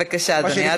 בבקשה, אדוני.